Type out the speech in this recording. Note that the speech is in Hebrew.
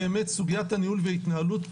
באמת סוגיית הניהול וההתנהלות פה,